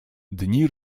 dni